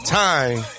time